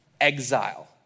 exile